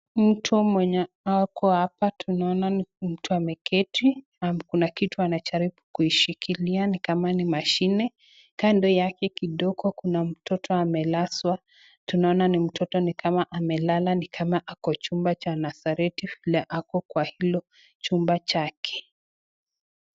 Mtu mwenye ako hapa tunaona ni mtu ameketi. Kuna kitu anajaribu kuishikilia ni kama ni mashini. Kando yake kidogo kuna mtoto amelazwa. Tunaona ni mtoto ni kama amelala ni kama ako chumba cha [nursery] vile ako kwa hilo chumba chake.